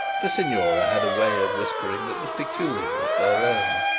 the signora had a way of whispering that was peculiarly her own,